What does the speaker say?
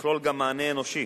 ותכלול גם מענה אנושי